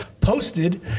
posted